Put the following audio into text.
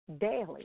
daily